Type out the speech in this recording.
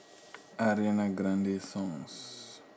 ariana grande songs